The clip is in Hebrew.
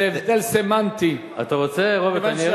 זה הבדל סמנטי, אתה רוצה, רוברט, אני ארד.